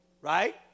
right